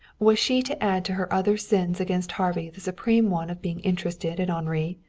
was she to add to her other sins against harvey the supreme one of being interested in henri?